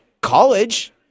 college